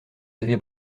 avez